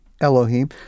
Elohim